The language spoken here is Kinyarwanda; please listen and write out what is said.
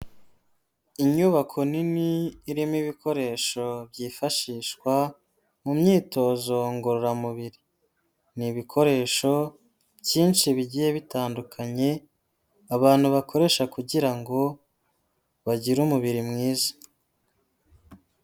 Inyubako nini irimo ibikoresho byifashishwa mu myitozo ngororamubiri, ni ibikoresho byinshi bigiye bitandukanye abantu bakoresha kugira ngo bagire umubiri mwiza.